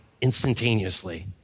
instantaneously